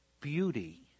beauty